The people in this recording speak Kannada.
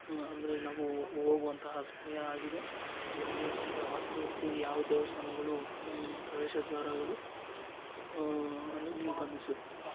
ಅಂದರೆ ನಾವು ಹೋಗುವಂತಹ ಸಮಯ ಆಗಿದೆ ಇದರಲ್ಲಿ ರಾತ್ರಿ ಹೊತ್ತು ಯಾವ ದೇವಸ್ಥಾನಗಳು ಪ್ರವೇಶ ದ್ವಾರಗಳು ಅನ್ನು ನಿರ್ಬಂಧಿಸುತ್ತಾರೆ